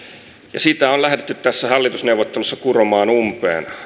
ja sitä on lähdetty hallitusneuvotteluissa kuromaan umpeen